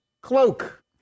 Cloak